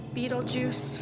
Beetlejuice